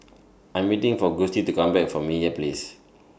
I'm waiting For Gustie to Come Back from Meyer Place